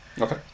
Okay